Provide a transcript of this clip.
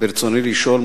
רצוני לשאול: